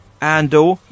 Andor